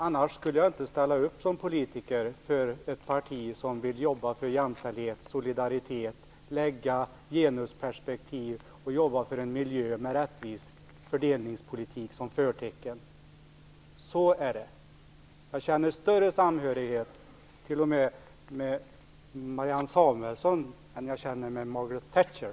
Annars skulle jag inte ställa upp som politiker för ett parti som vill jobba för jämställdhet och solidaritet, anlägga genusperspektiv och jobba för en miljö med rättvis fördelningspolitik som förtecken. Så är det. Jag känner större samhörighet med Marianne Samuelsson än med Margaret Thatcher.